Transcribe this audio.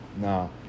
no